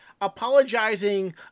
apologizing